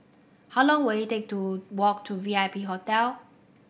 how long will it take to walk to V I P Hotel